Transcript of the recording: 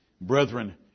Brethren